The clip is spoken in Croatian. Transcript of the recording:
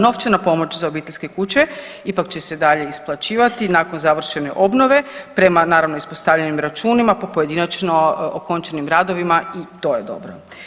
Novčana pomoć za obiteljske kuće ipak će se dalje isplaćivati nakon završene obnove, prema, naravno, ispostavljenim računima po pojedinačno okončanim radovima i to je dobro.